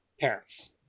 parents